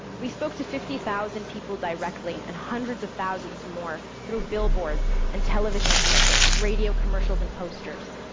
we spoke to fifty thousand people directly, and hundreds of thousands more through billboards and television commercials, radio commercials and posters.